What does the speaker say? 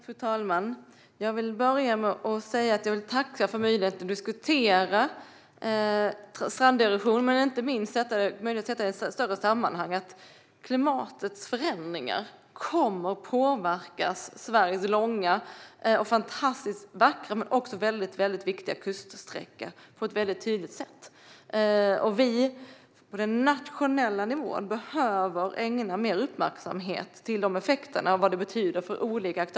Fru talman! Jag vill börja med att tacka för möjligheten att diskutera stranderosion och inte minst för möjligheten att sätta detta i ett större sammanhang. Klimatets förändringar kommer att påverka Sveriges långa, fantastiskt vackra men också väldigt viktiga, kuststräcka på ett tydligt sätt. Vi på den nationella nivån behöver ägna dessa effekter och vad de betyder för olika aktörer mer uppmärksamhet.